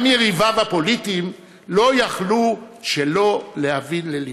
גם יריביו הפוליטיים לא יכלו שלא להבין ללבו.